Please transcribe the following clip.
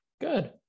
Good